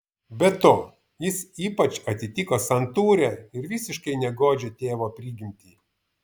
be to jis ypač atitiko santūrią ir visiškai negodžią tėvo prigimtį